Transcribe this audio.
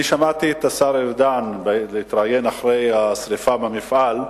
אני שמעתי את השר ארדן מתראיין אחרי השרפה במפעל,